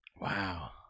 Wow